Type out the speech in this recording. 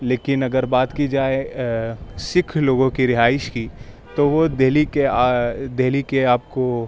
لیکن اگر بات کی جائے سکھ لوگوں کی رہائش تو وہ دہلی کے دہلی کے آپ کو